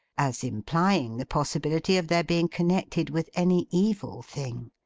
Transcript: as implying the possibility of their being connected with any evil thing.